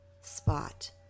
spot